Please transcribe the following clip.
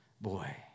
Boy